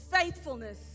faithfulness